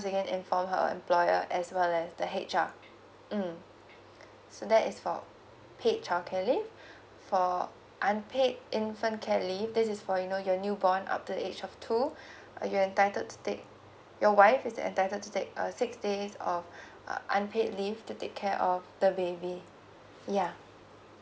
thing inform her employer as well as the H R mm so that is for paid childcare leave for unpaid infant care leave this is for you know your new born up to age of two uh you're entitled to take your wife is entitled to take uh six days of uh unpaid leave to take care of the baby yeah